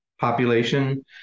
population